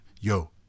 Yo